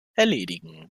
erledigen